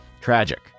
Tragic